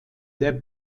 der